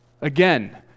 Again